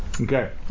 Okay